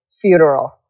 funeral